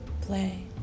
play